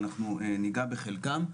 ואנחנו ניגע בחלקם.